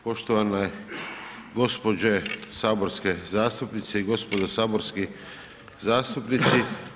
Poštovane gospođe saborske zastupnice i gospodo saborski zastupnici.